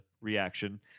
reaction